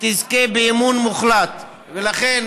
תזכה באמון מוחלט, ולכן